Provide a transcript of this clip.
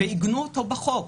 ועיגנו אותו בחוק.